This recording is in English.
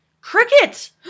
Cricket